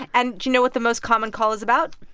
and do you know what the most common call is about?